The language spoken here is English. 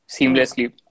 seamlessly